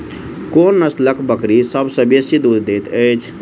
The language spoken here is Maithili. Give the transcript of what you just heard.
कोन नसलक बकरी सबसँ बेसी दूध देइत अछि?